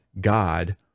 God